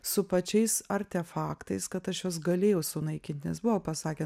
su pačiais artefaktais kad aš juos galėjau sunaikint nes buvo pasakę